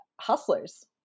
hustlers